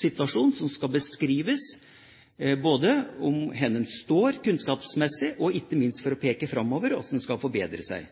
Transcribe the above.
situasjon der det skal beskrives både hvordan en står kunnskapsmessig, og, ikke minst, hvordan en skal forbedre seg.